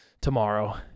tomorrow